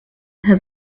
has